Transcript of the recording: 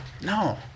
No